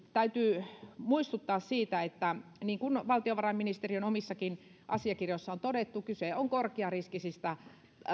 täytyy muistuttaa nytten siitä niin kuin valtiovarainministeriön omissakin asiakirjoissa on todettu että näissä eu takausvaltuuksien myöntämisissä kyse on korkeariskisistä